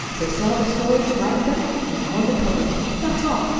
they saw the stories, liked them, and are going to publish them. that's all.